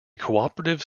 cooperative